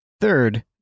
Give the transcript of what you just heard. Third